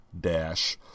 dash